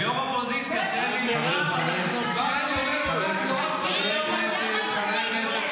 בנאומים של ראש הממשלה ושל יושב-ראש האופוזיציה.